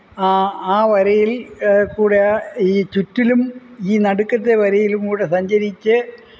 ആ ആ വരയില് കൂടെ ഈ ചുറ്റിലും ഈ നടുക്കത്തെ വരയിലും കൂടെ സഞ്ചരിച്ച്